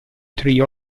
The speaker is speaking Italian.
tree